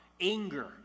anger